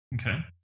okay